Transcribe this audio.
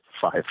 five